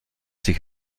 sich